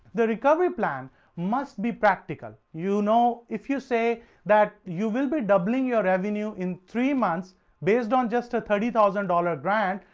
the recovery plan must be practical, you know, if you say that you will be doubling your revenue in three months based on just a thirty thousand ah ah grant,